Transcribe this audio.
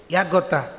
Yagota